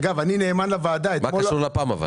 מה קשור לפ"ם?